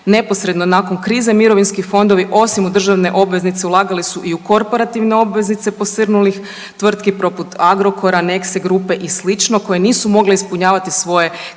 Neposredno nakon krize mirovinski fondovi osim u državne obveznice ulagali su i u korporativne obveznice posrnulih tvrtki poput Agrokora, Nexe grupe i slično koje nisu mogle ispunjavati svoje kreditne